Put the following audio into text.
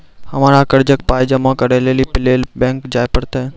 हमरा कर्जक पाय जमा करै लेली लेल बैंक जाए परतै?